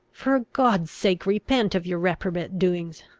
for god's sake, repent of your reprobate doings,